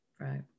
Right